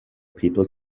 people